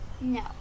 No